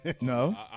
No